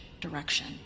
direction